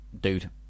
dude